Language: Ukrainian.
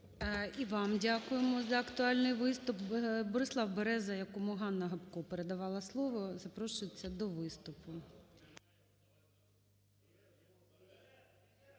І вам дякуємо за актуальний виступ. Борислав Береза, якому Ганна Гопко передавала слово, запрошується до виступу.